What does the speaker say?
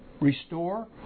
restore